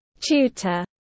Tutor